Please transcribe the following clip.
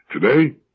Today